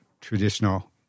traditional